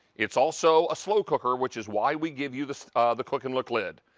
it's also a slow cooker which is why we give you the the cook-and-look lid.